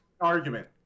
argument